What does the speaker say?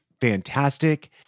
fantastic